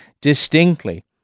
distinctly